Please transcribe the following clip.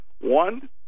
One